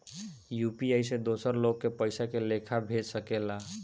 UPI से दोसर लोग के पइसा के लेखा भेज सकेला?